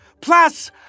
Plus